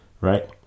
Right